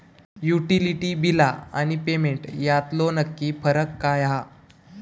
Utility बिला आणि payment यातलो नक्की फरक काय हा?